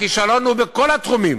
הכישלון הוא בכל התחומים.